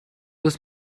was